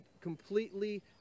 completely